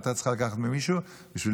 היא הייתה צריכה לקחת ממישהו בשביל